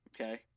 Okay